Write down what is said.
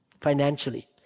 financially